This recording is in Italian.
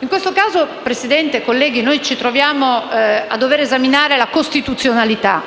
In questo caso, signora Presidente, colleghi, ci troviamo a dovere esaminare la costituzionalità